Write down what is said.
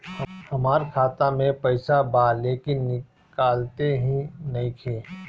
हमार खाता मे पईसा बा लेकिन निकालते ही नईखे?